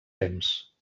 temps